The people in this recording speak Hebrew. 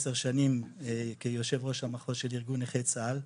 עשר שנים כיושב ראש המחוז של ארגון נכי צה"ל.